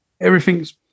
everything's